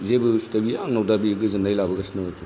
जेबो उसुबिदा गैया आंनाव दा बे गोजोननाय लाबोगासिनो दं आरोखि